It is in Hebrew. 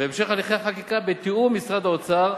והמשך הליכי החקיקה בתיאום עם משרד האוצר,